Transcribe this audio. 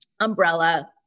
umbrella